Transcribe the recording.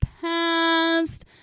past